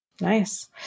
nice